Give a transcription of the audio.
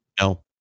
No